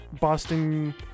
Boston